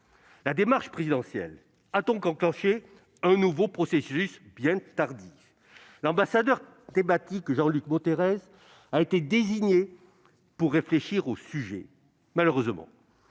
La démarche présidentielle a donc enclenché un nouveau processus, bien tardif. L'ambassadeur thématique Jean-Luc Martinez a été désigné pour réfléchir au sujet. Malheureusement,